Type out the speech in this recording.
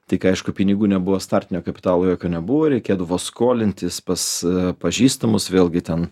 tik aišku pinigų nebuvo startinio kapitalo jokio nebuvo reikėdavo skolintis pas pažįstamus vėlgi ten